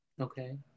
Okay